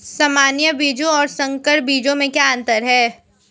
सामान्य बीजों और संकर बीजों में क्या अंतर है?